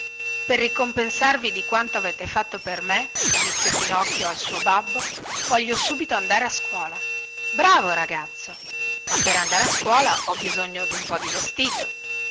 per ricompensarvi di quanto avete fatto per me disse pinocchio al suo babbo voglio subito andare a scuola bravo ragazzo ma per andare a scuola ho bisogno dun po di vestito